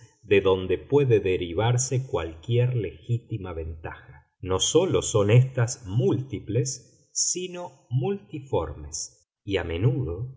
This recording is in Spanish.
de donde puede derivarse cualquier legítima ventaja no sólo son éstas múltiples sino multiformes y a menudo